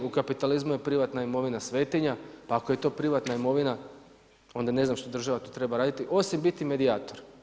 U kapitalizmu je privatna imovina svetinja, pa ako je to privatna imovina, onda ne znam što država tu treba raditi osim biti medijator.